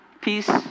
Peace